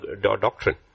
doctrine